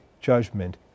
judgment